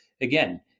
again